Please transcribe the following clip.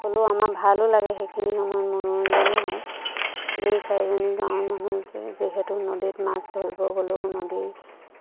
হ'লেও আমাৰ ভালো লাগে সেইখিনি সময়ত মনোৰঞ্জনো হয় দুই চাৰিজনী গাঁৱৰ মানুহকে যিহেতু নদীত মাছ ধৰিব গ'লেও নদী